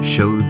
Show